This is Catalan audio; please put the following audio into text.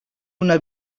una